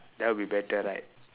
that will be better right